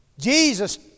jesus